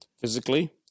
Physically